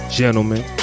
gentlemen